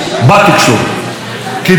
כי בישראל,